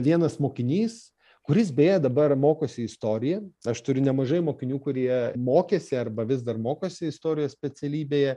vienas mokinys kuris beje dabar mokosi istoriją aš turiu nemažai mokinių kurie mokėsi arba vis dar mokosi istorijos specialybėje